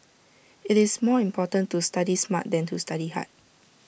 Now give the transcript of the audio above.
IT is more important to study smart than to study hard